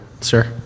sir